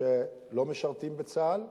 שלא משרתים בצה"ל.